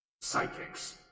psychics